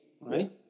right